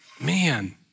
man